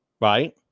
right